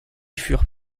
furent